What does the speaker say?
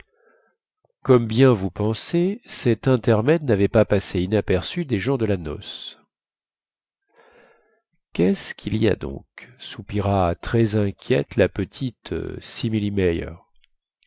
comme bien vous pensez cet intermède navait pas passé inaperçu des gens de la noce quest ce quil y a donc soupira très inquiète la petite